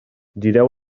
gireu